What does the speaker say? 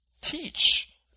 teach